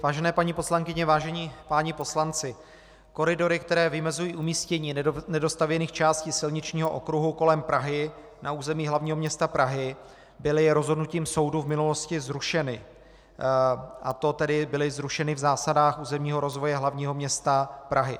Vážené paní poslankyně, vážení páni poslanci, koridory, které vymezují umístění nedostavěných částí silničního okruhu kolem Prahy na území hlavního města Prahy, byly rozhodnutím soudu v minulosti zrušeny, a to tedy byly zrušeny v zásadách územního rozvoje hlavního města Prahy.